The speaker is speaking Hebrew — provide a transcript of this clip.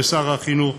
ושר החינוך,